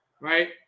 right